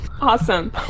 Awesome